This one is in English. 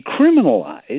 decriminalize